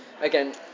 again